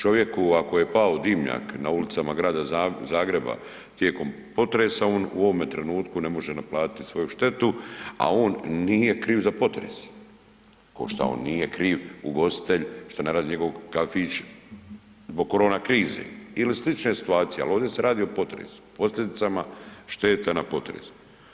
Čovjek ako je pao dimnjak na ulicama Grada Zagreba tijekom potresa on u ovome trenutku ne može naplatiti svoju štetu, a on nije kriv za potres, ko šta nije kriv ugostitelj što ne radi njegov kafić zbog korona krize ili slične situacije, ali ovdje se radi o potresu, posljedicama šteta od potresa.